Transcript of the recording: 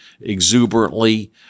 exuberantly